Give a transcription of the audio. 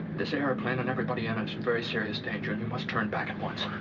this airplane and everybody in it's in very serious danger. and you must turn back at once.